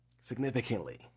significantly